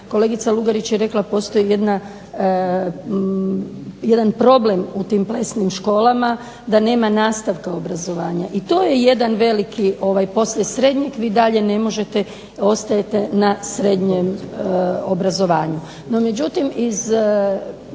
Kolegica Lugarić je rekla postoji jedan problem u tim plesnim školama da nema nastavka obrazovanja i to je jedan veliki, poslije srednjeg vi dalje ne možete, ostajete na srednjem obrazovanju.